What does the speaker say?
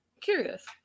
Curious